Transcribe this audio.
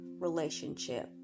relationship